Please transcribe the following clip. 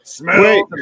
Wait